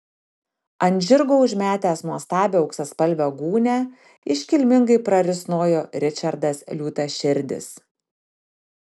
ant žirgo užmetęs nuostabią auksaspalvę gūnią iškilmingai prarisnojo ričardas liūtaširdis